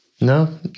No